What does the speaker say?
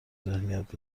ذهنیت